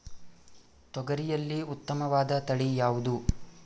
ತೊಗರಿಯಲ್ಲಿ ಉತ್ತಮವಾದ ತಳಿ ಯಾವುದು?